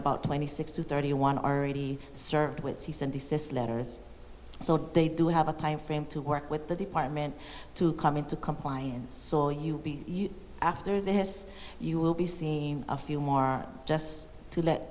about twenty six to thirty one already served with cease and desist letters so they do have a time frame to work with the department to come into compliance so you'll be after this you will be seeing a few more just to let